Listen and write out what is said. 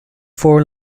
four